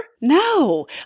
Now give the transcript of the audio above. No